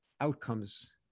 outcomes